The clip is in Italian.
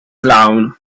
clown